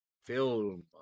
film